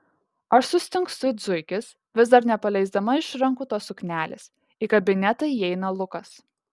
aš sustingstu it zuikis vis dar nepaleisdama iš rankų tos suknelės į kabinetą įeina lukas